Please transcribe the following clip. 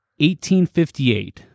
1858